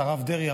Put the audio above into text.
הרב דרעי,